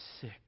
sick